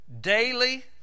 daily